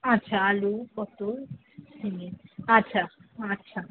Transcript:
আচ্ছা আলু পটল ঝিঙে আচ্ছা আচ্ছা